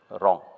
wrong